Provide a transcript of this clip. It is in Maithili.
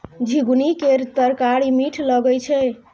झिगुनी केर तरकारी मीठ लगई छै